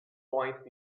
point